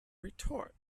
retort